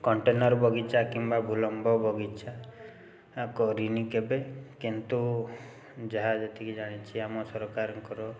container ବଗିଚା କିମ୍ବା ଭୁଲମ୍ବ ବଗିଚା କରିନି କେବେ କିନ୍ତୁ ଯାହା ଯେତିକି ଜାଣିଛି ଆମ ସରକାରଙ୍କର